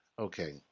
Okay